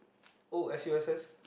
oh s_u_s_s